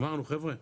אמרנו 'חבר'ה,